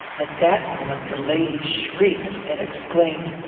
at that moment the lady shrieked, and exclaimed,